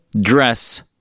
dress